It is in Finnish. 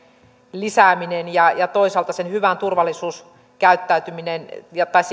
lisääminen ja ja toisaalta hyvään turvallisuuskäyttäytymiseen